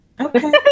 okay